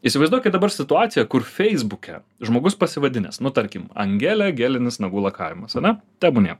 įsivaizduokit dabar situacija kur feisbuke žmogus pasivadinęs nu tarkim angelė gelinis nagų lakavimas ane tebūnie